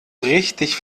richtig